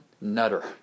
nutter